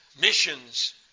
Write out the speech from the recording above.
missions